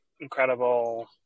incredible